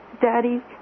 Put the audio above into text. Daddy